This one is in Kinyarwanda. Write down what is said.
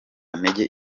ntege